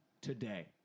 today